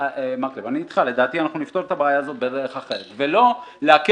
לדעתי אנחנו נפתור את הבעיה הזו בדרך אחרת ולא לעכב